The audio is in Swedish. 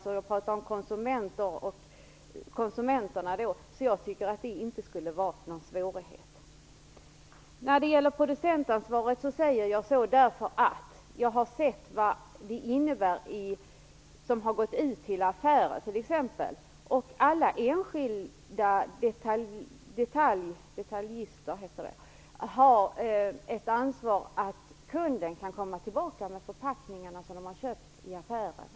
Jag tycker inte att det skulle vara någon svårighet. När det gäller producentansvaret säger jag som jag gör därför att jag har sett vad det som har gått ut till affärerna innebär. Alla enskilda detaljister har ansvaret att kunden kan komma tillbaka med förpackningar som de har köpt i affären.